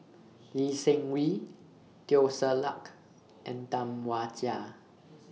Lee Seng Wee Teo Ser Luck and Tam Wai Jia